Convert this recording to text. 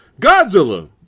Godzilla